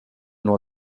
nur